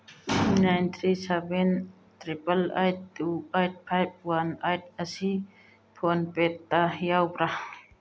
nine three seven triple eight two eight five one eight ꯑꯁꯤ phone ꯄꯦꯗ ꯌꯥꯎꯕ꯭ꯔꯥ